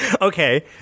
Okay